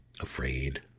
afraid